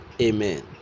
Amen